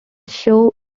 show